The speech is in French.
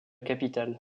capitale